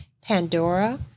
Pandora